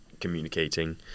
communicating